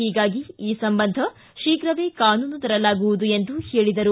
ಹೀಗಾಗಿ ಈ ಸಂಬಂಧ ಶೀಘವೇ ಕಾನೂನು ತರಲಾಗುವುದು ಎಂದು ಹೇಳಿದರು